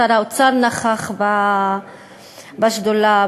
שר האוצר נכח בישיבת השדולה.